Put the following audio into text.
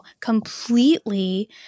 completely